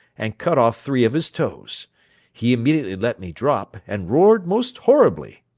and cut off three of his toes he immediately let me drop and roared most horribly.